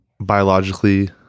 biologically